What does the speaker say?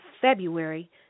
February